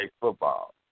football